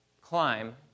climb